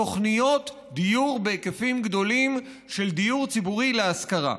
תוכניות דיור בהיקפים גדולים של דיור ציבורי להשכרה.